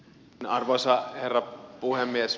arvoisa herra puhemies